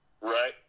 Right